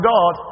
God